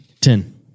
Ten